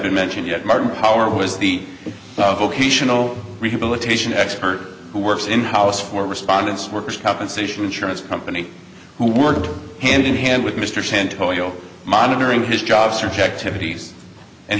mentioned yet martin power was the vocational rehabilitation expert who works in house for respondants workers compensation insurance company who worked hand in hand with mr chen toyo monitoring his job search activities and